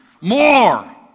more